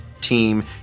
team